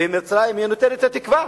ומצרים היא הנותנת את התקווה